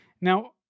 now